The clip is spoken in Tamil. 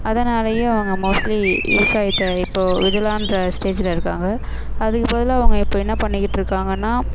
அதனாலேயும் அவங்க மோஸ்ட்லி விவசாயத்தை இப்போது விடலான்ற ஸ்டேஜில் இருக்கிறாங்க அதுக்கு பதிலாக அவங்க இப்போ என்ன பண்ணிக்கிட்டு இருக்காங்கன்னால்